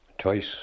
Twice